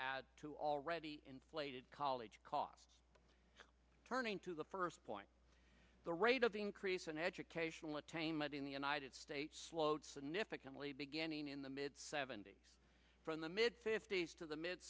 add to already inflated college costs turning to the first point the rate of increase in educational attainment in the united states slowed significantly beginning in the mid seventy's from the mid fifty's to the mid